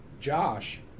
Josh